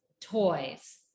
toys